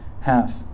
half